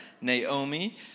Naomi